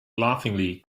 laughingly